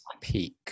peak